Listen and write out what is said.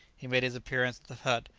he made his appearance at the hut,